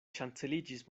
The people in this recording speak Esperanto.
ŝanceliĝis